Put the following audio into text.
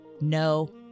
no